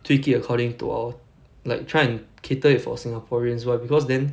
tweak it according to our like try and cater it for singaporeans why because then